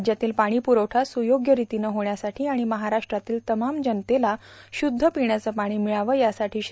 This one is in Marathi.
राज्यातील पाणी पुरवळ सुयोग्य रितीनं होण्यासाठी आणि महाराष्ट्रातील तमाम जनतेला श्रुध्द पिण्याचं पाणी मिळवं यासाठी श्री